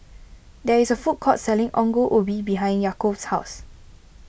there is a food court selling Ongol Ubi behind Yaakov's house